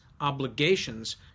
obligations